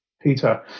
Peter